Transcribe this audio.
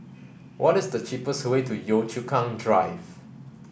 what is the cheapest way to Yio Chu Kang Drive